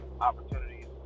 opportunities